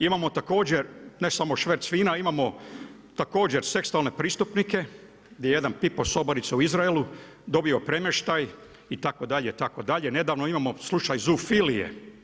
Imamo također ne samo šverc vina, imamo također seksualne pristupnika, gdje je jedan pipao sobaricu u Izraelu, dobio premještaj itd., nedavno imamo slučaj zufilije.